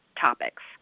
topics